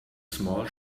small